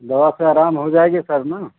दवा से आराम हो जाएगा सर ना